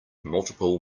multiple